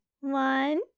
one